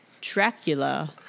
Dracula